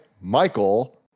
Michael